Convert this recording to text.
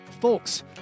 folks